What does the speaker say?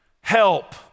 help